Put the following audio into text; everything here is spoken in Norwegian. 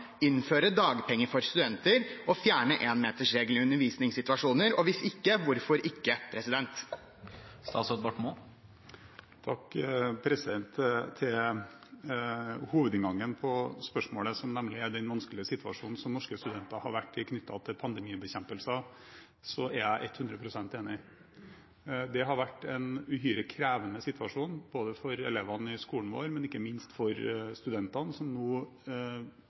innføre dagpenger for studenter og fjerne enmetersregelen i undervisningssituasjoner? Hvis ikke – hvorfor ikke? Til hovedinngangen på spørsmålet, som er den vanskelige situasjonen norske studenter har vært i knyttet til pandemibekjempelsen, er jeg 100 pst. enig. Det har vært en uhyre krevende situasjon både for elevene i skolen vår og ikke minst for studentene, som nå